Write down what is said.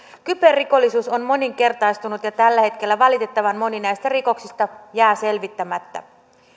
kyberrikollisuus on moninkertaistunut ja tällä hetkellä valitettavan moni näistä rikoksista jää selvittämättä